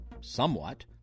somewhat